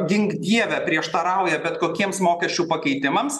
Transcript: gink dieve prieštarauja bet kokiems mokesčių pakeitimams